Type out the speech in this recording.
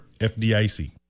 FDIC